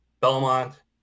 Belmont